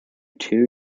two